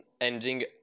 ending